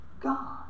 God